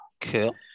Cool